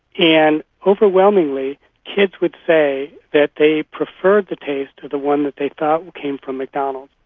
and overwhelmingly kids would say that they preferred the taste of the one that they thought came from mcdonald's.